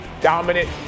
dominant